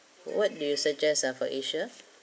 what do you suggest ah for asia